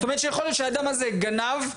יכול להיות שהאדם הזה גנב,